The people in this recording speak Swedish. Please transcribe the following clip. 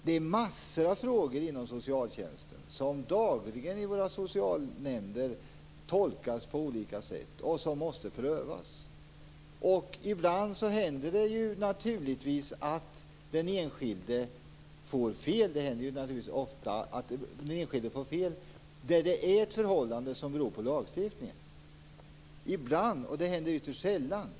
Det är massor av frågor som av socialnämnderna dagligen tolkas på olika sätt och som måste prövas. Ibland får den enskilde naturligtvis fel där det föreligger ett förhållande som beror på lagstiftningen.